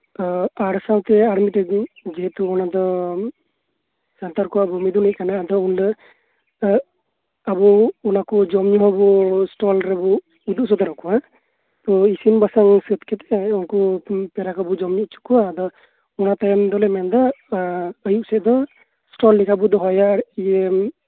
ᱚᱻ ᱟᱨ ᱥᱟᱶᱛᱮ ᱟᱨ ᱢᱤᱫᱴᱮᱡ ᱡᱮᱦᱮᱛᱩ ᱚᱱᱟ ᱫᱚ ᱥᱟᱱᱛᱟᱲ ᱠᱚᱣᱟᱜ ᱢᱤᱫᱩᱱ ᱦᱩᱭᱩᱜ ᱠᱟᱱᱟ ᱚᱸᱰᱮ ᱮᱻ ᱟᱵᱚ ᱚᱱᱟ ᱠᱚ ᱡᱚᱢ ᱧᱩ ᱦᱚᱸᱵᱚ ᱥᱴᱚᱞ ᱨᱮᱵᱚ ᱩᱫᱩᱜ ᱥᱚᱫᱚᱨᱟᱠᱚᱣᱟ ᱛᱚ ᱤᱥᱤᱱ ᱵᱟᱥᱟᱝ ᱥᱟᱹᱛ ᱠᱟᱛᱮᱜ ᱩᱝᱠᱩ ᱯᱮᱲᱟ ᱠᱚᱵᱚ ᱡᱚᱢ ᱧᱩ ᱪᱚ ᱠᱚᱣᱟ ᱟᱫᱚ ᱚᱱᱟ ᱛᱟᱭᱢ ᱫᱚᱞᱮ ᱢᱮᱱ ᱫᱟ ᱟᱭᱩᱵ ᱥᱮᱜ ᱫᱚ ᱥᱴᱚᱞ ᱞᱮᱠᱟ ᱵᱚ ᱫᱚᱦᱚᱭᱟ ᱟᱨ ᱤᱭᱟᱹ